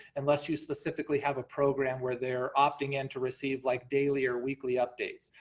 unless you specifically have a program where they're opting-in to receive like daily or weekly updates,